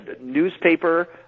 newspaper